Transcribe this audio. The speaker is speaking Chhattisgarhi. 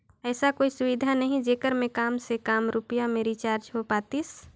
ऐसा कोई सुविधा नहीं जेकर मे काम से काम रुपिया मे रिचार्ज हो पातीस?